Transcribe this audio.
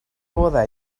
boda